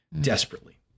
Desperately